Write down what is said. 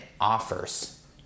offers